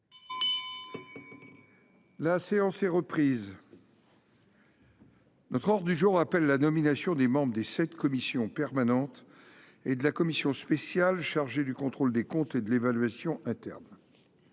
La séance est reprise. L’ordre du jour appelle la nomination des membres des sept commissions permanentes et de la commission spéciale chargée du contrôle des comptes et de l’évaluation interne.